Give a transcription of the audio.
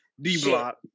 D-block